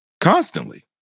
constantly